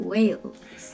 Wales